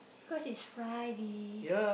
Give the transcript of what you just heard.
because it's Friday